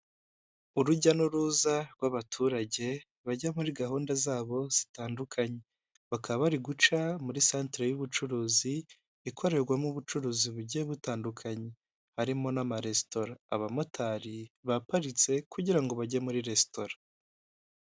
Urujya n'uruza rw'abaturage bajya muri gahunda zabo zitandukanye, bakaba bari guca muri santere y'ubucuruzi, ikorerwamo ubucuruzi bugiye butandukanye, harimo n'amaresitora, abamotari baparitse kugira ngo bajye muri resitora.